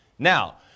Now